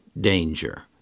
danger